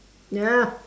ya